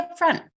upfront